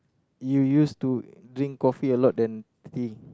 you used to drink coffee a lot than tea